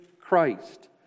Christ